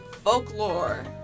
folklore